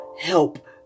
help